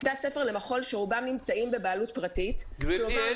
בתי הספר למחול שרובם נמצאים בבעלות פרטית --- גבירתי,